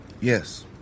Yes